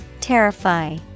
Terrify